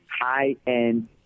high-end